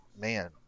man